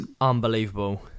unbelievable